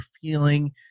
feeling